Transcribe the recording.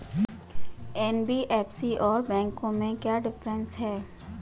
NBFC और बैंकों में क्या डिफरेंस है?